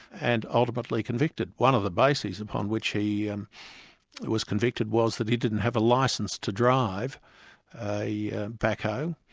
and ultimately convicted. one of the bases upon which he and was convicted was that he didn't have a licence to drive a backhoe,